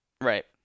right